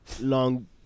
long